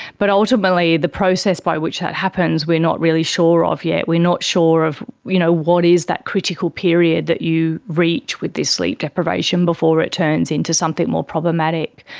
but ultimately the process by which that happens, we are not really sure of yet, we're not sure of you know what is that critical period that you reach with this sleep deprivation before it turns into something more problematic.